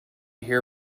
hear